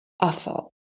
awful